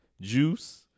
Juice